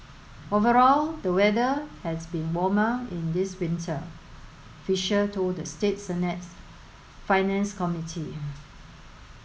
overall the weather has been warmer in this winter Fisher told the state Senate's finance committee